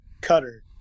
Cutter